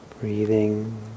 breathing